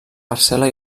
parcel·la